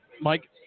Mike